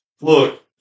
Look